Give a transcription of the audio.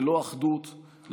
ללא אחדות,